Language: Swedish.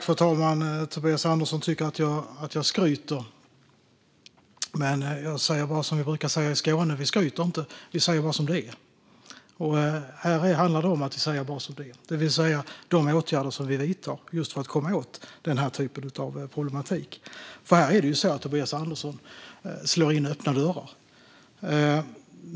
Fru talman! Tobias Andersson tycker att jag skryter. Men jag säger bara som vi brukar säga i Skåne: Vi skryter inte; vi säger bara som det är. Här handlar det om att vi bara säger som det är, det vill säga detta är de åtgärder som vi vidtar just för att komma åt den här typen av problematik. Tobias Andersson slår in öppna dörrar.